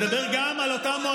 אתה לא מדבר על מועצה.